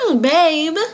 Babe